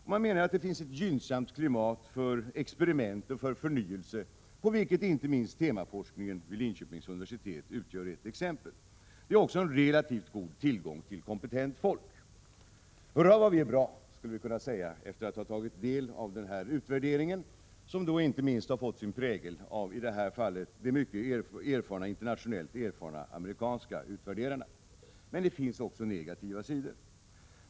De menar att det finns ett gynnsamt klimat för experiment och förnyelse, vilket inte minst temaforskningen vid Linköpings universitet utgör ett exempel på. Det är också en relativt god tillgång på kompetent folk. Hurra vad vi är bra! — Det skulle vi kunna säga efter att ha tagit del av denna utvärdering, som inte minst har fått sin prägel av de mycket internationellt erfarna amerikanska utvärderarna. Men det finns också negativa sidor.